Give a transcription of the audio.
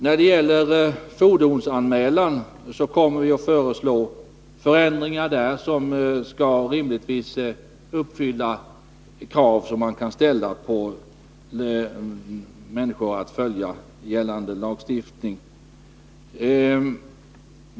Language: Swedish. När det gäller fordonsanmälan kommer vi att föreslå förändringar som rimligtvis skall motsvara krav som man kan ställa på människor i fråga om att följa gällande lagstiftning.